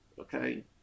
Okay